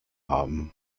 haben